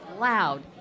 loud